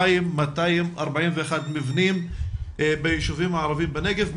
2,241 מבנים בישובים הערבים בנגב,